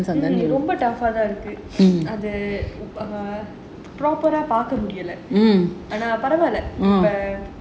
ரொம்ப:romba tough தான் இருக்கு அது:thaan iruku athu proper ah பாக்க முடில ஆனா பரவால்ல:paakka mudila aanaa paravalla